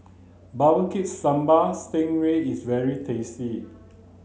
barbecue sambal sting ray is very tasty